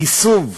עישוב,